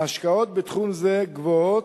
ההשקעות בתחום זה גבוהות,